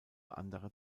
anderer